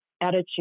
attitude